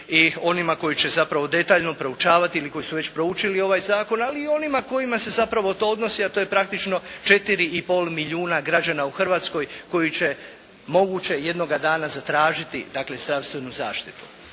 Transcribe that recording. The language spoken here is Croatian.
i onima koji će zapravo detaljno proučavati ili koji su već proučili ovaj Zakon, ali i onima kojima se zapravo to odnosi, a to je praktično 4 i pol milijuna građana u Hrvatskoj koji će moguće jednoga dana zatražiti, dakle zdravstvenu zaštitu.